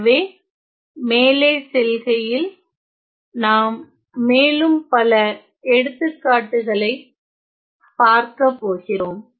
எனவே மேலே செல்கையில் நாம் மேலும் பல எடுத்துக்காட்டுகளை பார்க்க போகிறோம்